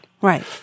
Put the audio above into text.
Right